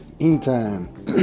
Anytime